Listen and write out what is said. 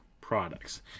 products